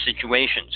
situations